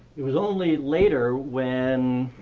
it was only later when,